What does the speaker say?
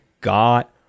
got